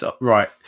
Right